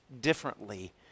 differently